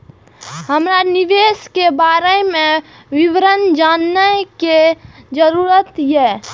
हमरा निवेश के बारे में विवरण जानय के जरुरत ये?